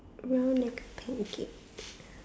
round neck pancake